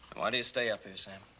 why do you stay up here, sam?